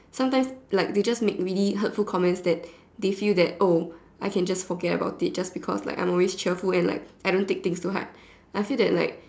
sometimes like they just make really hurtful comments that they feel that oh I can just forget about it just because like I'm always cheerful and like I don't take things to heart I feel that like